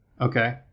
Okay